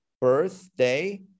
birthday